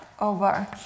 over